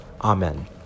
Amen